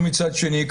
ומצד שני,